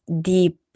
deep